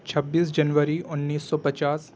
چھبیس جنوری انیس سو پچاس